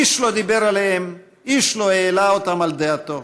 איש לא דיבר עליהם, איש לא העלה אותם על דעתו,